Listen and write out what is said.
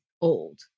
old